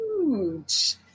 huge